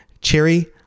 Cherry